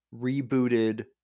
rebooted